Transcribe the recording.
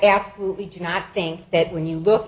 absolutely do not think that when you look